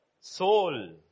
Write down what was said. soul